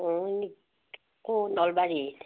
ক'ত নলবাৰীত